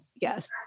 Yes